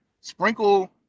sprinkle